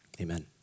amen